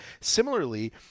similarly